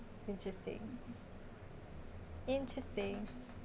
interesting interesting